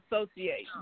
associate